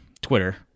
twitter